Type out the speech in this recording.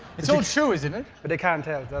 it's all true, isn't it? but they can't tell.